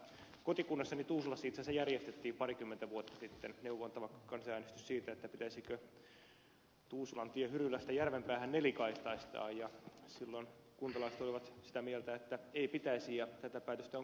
kotikunnassani tuusulassa itse asiassa järjestettiin parikymmentä vuotta sitten neuvoa antava kansanäänestys siitä pitäisikö tuusulantie hyrylästä järvenpäähän nelikaistaistaa ja silloin kuntalaiset olivat sitä mieltä että ei pitäisi ja tätä päätöstä on kunnioitettu